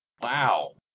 Wow